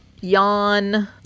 Yawn